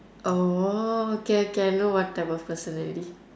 oh okay okay I know what type of person already